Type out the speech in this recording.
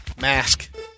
mask